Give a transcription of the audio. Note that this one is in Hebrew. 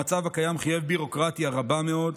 המצב הקיים חייב ביורוקרטיה רבה מאוד,